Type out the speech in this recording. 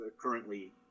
currently